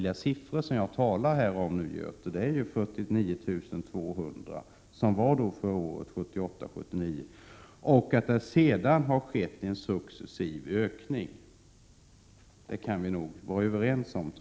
Det antal jag talar om är obestridligt: 49 200 för 1978/79. Att det sedan har skett en successiv ökning kan vi nog trots allt vara överens om.